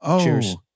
Cheers